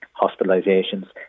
hospitalizations